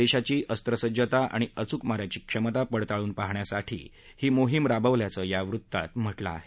देशाची अख सज्जता आणि अचूक मा याची क्षमता पडताळून पाहण्यासाठी ही मोहीम राबवल्याचं या वृत्तात म्हटलं आहे